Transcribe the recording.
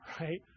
right